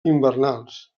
hivernals